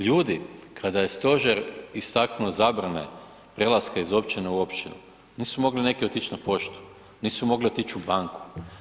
Ljudi, kada je Stožer istaknuo zabrane prelaska iz općine u općinu, nisu mogli neki otići na poštu, nisu mogli otići u banku.